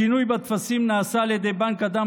השינוי בטפסים נעשה על ידי בנק הדם,